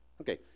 Okay